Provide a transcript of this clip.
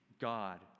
God